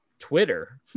Twitter